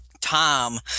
Tom